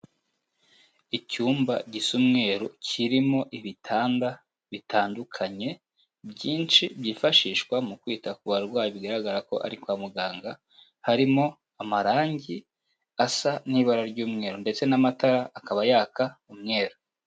Icyumba gisa umweru kirimo ibitanda bitandukanye byinshi byifashishwa mu kwita ku barwayi bigaragara ko ari kwa muganga, harimo amarangi asa n'ibara ry'umweru ndetse n'amatara akaba yaka umweru.